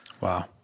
Wow